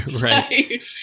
Right